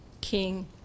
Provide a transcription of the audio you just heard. king